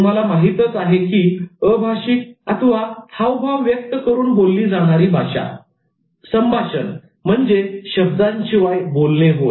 तुम्हाला माहीतच आहे की अभाशिक हावभाव व्यक्त करून बोलली जाणारी भाषा संभाषण म्हणजे शब्दांशिवाय बोलणे होय